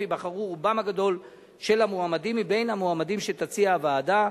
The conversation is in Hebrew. ייבחרו רובם הגדול של המועמדים מבין המועמדים שתציע הוועדה.